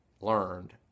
learned